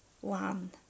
one